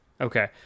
Okay